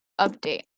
update